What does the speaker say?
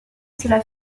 cela